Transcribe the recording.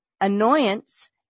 annoyance